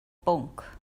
bwnc